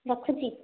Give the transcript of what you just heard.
ରଖୁଛି